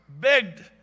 begged